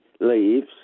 leaves